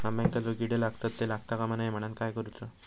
अंब्यांका जो किडे लागतत ते लागता कमा नये म्हनाण काय करूचा?